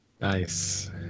Nice